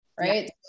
Right